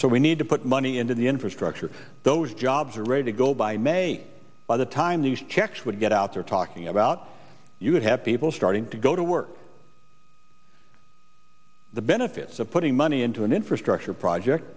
so we need to put money into the infrastructure those jobs are ready to go by may by the time these checks would get out there talking about you would have people starting to go to work the benefits of putting money into an infrastructure project